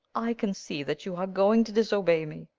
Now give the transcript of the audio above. i can see that you are going to disobey me.